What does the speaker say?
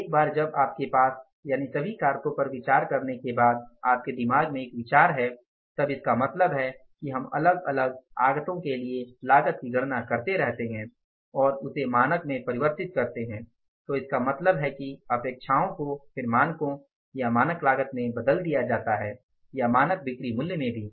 एक बार जब आपके पास यानि सभी कारकों पर विचार करने के बाद आपके दिमाग में एक विचार है तब इसका मतलब है कि हम अलग अलग आगतों के लिए लागत की गणना करते रहते हैं और उसे मानक में परिवर्तित करते हैं तो इसका मतलब है कि अपेक्षाएं को फिर मानकों या मानक लागत में बदल दिया जाता है या मानक बिक्री मूल्य में भी